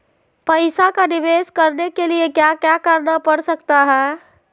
पैसा का निवेस करने के लिए क्या क्या करना पड़ सकता है?